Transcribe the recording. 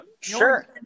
Sure